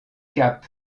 cap